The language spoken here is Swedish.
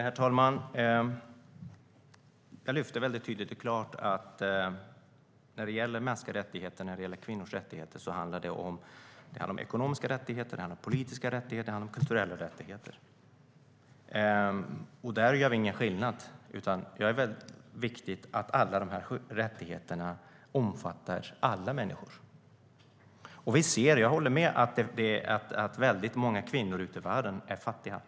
Herr talman! Jag lyfte tydligt och klart fram att mänskliga rättigheter och kvinnors rättigheter handlar om ekonomiska rättigheter, politiska rättigheter och kulturella rättigheter. Där gör vi ingen skillnad, utan det är viktigt att alla dessa rättigheter omfattar alla människor. Jag håller med om att väldigt många kvinnor ute i världen är fattiga.